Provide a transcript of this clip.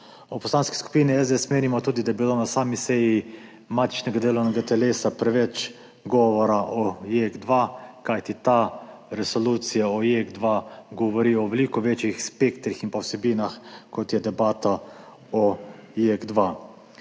Poslanski skupini SDS menimo tudi, da je bilo na sami seji matičnega delovnega telesa preveč govora o JEK2, kajti ta resolucija o JEK2 govori o veliko večjih spektrih in vsebinah, kot je debata o JEK2.